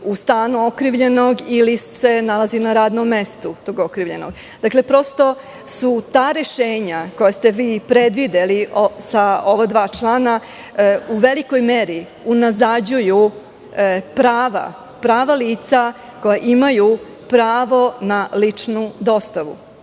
u stanu okrivljenog ili se nalazi na radnom mestu tog okrivljenog. Prosto, ta rešenja koja ste vi predvideli sa ova dva člana u velikoj meri unazađuju prava lica koja imaju pravo na ličnu dostavu,